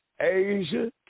Asia